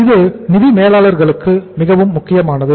இது நிதி மேலாளர்களுக்கு மிகவும் முக்கியமானது